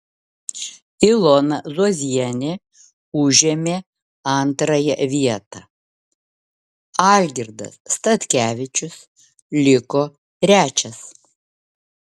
ilona zuozienė užėmė antrąją vietą algirdas statkevičius liko trečias